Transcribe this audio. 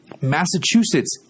Massachusetts